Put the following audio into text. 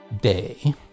day